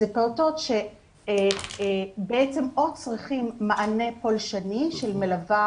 אלה פעוטות שצריכים מענה פולשני של מלווה